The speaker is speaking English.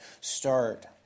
start